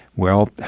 well,